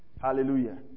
Hallelujah